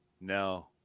No